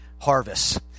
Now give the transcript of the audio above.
harvest